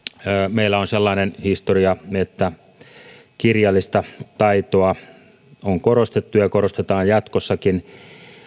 meillä on sellainen historia että kirjallista taitoa on korostettu ja korostetaan jatkossakin